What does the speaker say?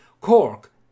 Cork